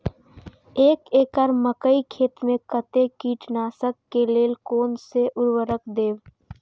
एक एकड़ मकई खेत में कते कीटनाशक के लेल कोन से उर्वरक देव?